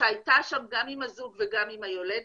שהייתה שם גם עם הזוג וגם עם היולדת.